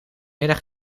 middag